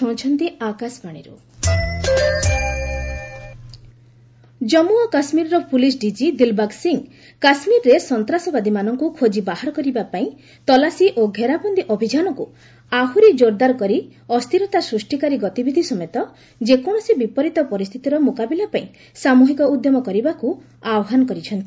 JK DGP Jammu ଓ କାଶ୍ମୀରର police DG Dilbag Singh କାଶ୍ମୀରରେ ସନ୍ତାସବାଦୀମାନଙ୍କୁ ଖୋଜି ବାହାର କରିବା ପାଇଁ ତଲାସୀ ଓ ଘେରାବନ୍ଦୀ ଅଭିଯାନକୁ ଆହୁରି କୋର୍ଦାର କରି ଅସ୍ଥିରତା ସୃଷ୍ଟିକାରୀ ଗତିବିଧି ସମେତ ଯେକୌଣସି ବିପରୀତ ପରିସ୍ଥିତିର ମୁକାବିଲା ପାଇଁ ସାମୁହିକ ଉଦ୍ୟମ କରିବାକୁ ଆହ୍ପାନ କରିଛନ୍ତି